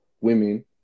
women